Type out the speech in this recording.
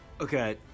Okay